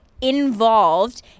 involved